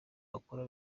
bakora